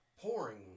Pouring